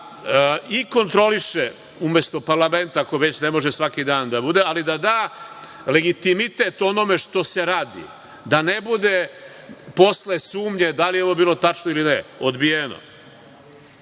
da i kontroliše umesto parlamenta, ako već ne može svaki dan da bude, ali da da legitimitet onome što se radi, da ne bude posle sumnje da li je ovo bilo tačno ili ne i